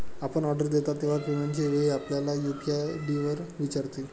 आपण ऑर्डर देता तेव्हा पेमेंटच्या वेळी आपल्याला यू.पी.आय आय.डी विचारतील